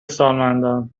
سالمندان